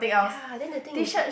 ya then the thing is